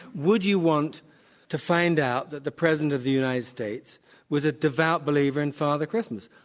would you want to find out that the president of the united states was a devout believer in father christmas?